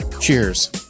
cheers